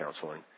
counseling